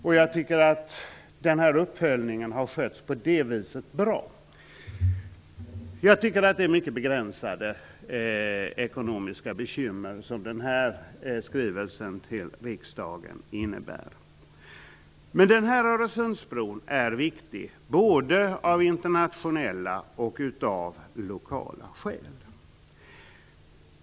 På det viset har uppföljningen skötts bra. Det är mycket begränsade ekonomiska bekymmer som denna skrivelse till riksdagen innebär. Öresundsbron är viktig både av internationella och lokala skäl.